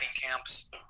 camps